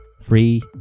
Free